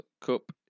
Cup